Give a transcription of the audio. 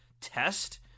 test